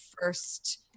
first